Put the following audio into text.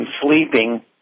sleeping